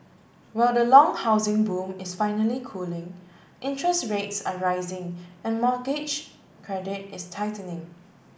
while the long housing boom is finally cooling interest rates are rising and mortgage credit is tightening